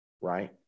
right